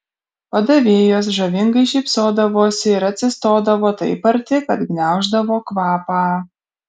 padavėjos žavingai šypsodavosi ir atsistodavo taip arti kad gniauždavo kvapą